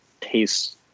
tastes